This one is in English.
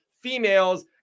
females